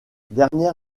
dernière